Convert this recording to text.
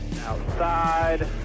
Outside